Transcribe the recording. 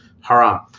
haram